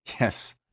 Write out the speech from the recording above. Yes